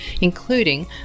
including